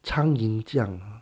苍蝇这样啊